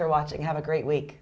for watching have a great week